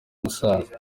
umusaza